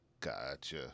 Gotcha